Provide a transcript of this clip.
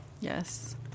Yes